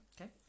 okay